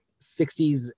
60s